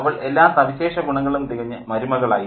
അവൾ എല്ലാ സവിശേഷ ഗുണങ്ങളും തികഞ്ഞ മരുമകളായിരുന്നു